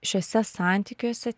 šiuose santykiuose